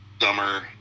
summer